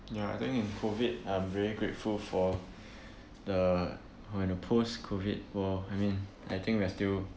yeah I think in COVID I'm very grateful for the when the post COVID world I think we're still